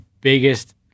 biggest